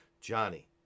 Johnny